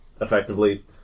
effectively